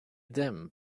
them